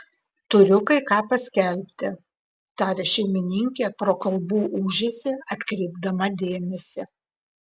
turiu kai ką paskelbti tarė šeimininkė pro kalbų ūžesį atkreipdama dėmesį